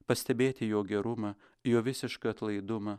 pastebėti jo gerumą jo visišką atlaidumą